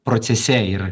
procese ir